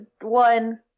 one